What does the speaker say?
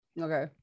okay